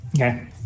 Okay